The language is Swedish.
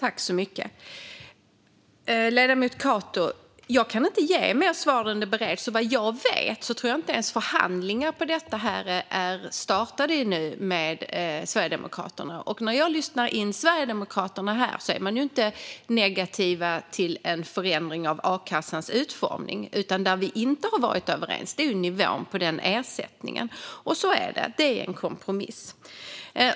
Fru talman! Jag kan inte ge ledamoten Cato mer svar än att detta bereds. Såvitt jag vet har inte ens förhandlingar om detta startat med Sverigedemokraterna. När jag lyssnar in Sverigedemokraterna här är de inte negativa till en förändring av a-kassans utformning. Det som vi inte har varit överens om är nivån på ersättningen. Och detta är alltså en kompromiss.